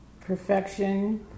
Perfection